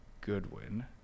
Goodwin